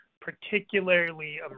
particularly